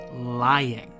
lying